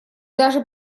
даже